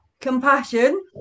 compassion